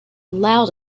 loud